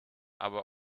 aber